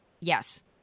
Yes